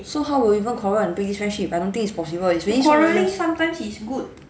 so how will even quarrel until this friendship I don't think is possible eh is really